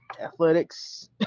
Athletics